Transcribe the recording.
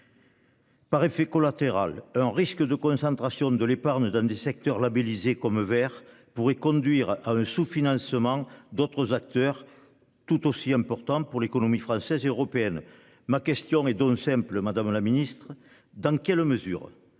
Par effet collatéral un risque de concentration de l'épargne ne donne des secteurs. Comme vers pourrait conduire à un sous-financement d'autres acteurs. Tout aussi importante pour l'économie française et européenne. Ma question est donc simple, Madame la Ministre dans quelle mesure